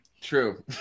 True